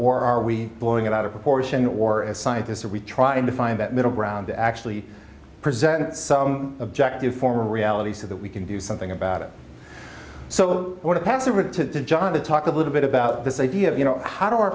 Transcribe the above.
or are we blowing it out of proportion or as scientists are we trying to find that middle ground to actually present some objective former reality so that we can do something about it so for the passover to john to talk a little bit about this idea of you know how do our